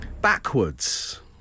Backwards